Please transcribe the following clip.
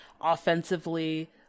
offensively